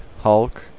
Hulk